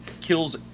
kills